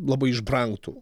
labai išbrangtų